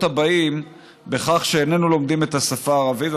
הבאים בכך שאיננו לומדים את השפה הערבית.